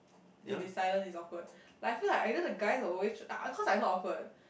if it's silent is awkward like I feel like either the guys will always uh cause I not awkward